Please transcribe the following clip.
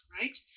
Right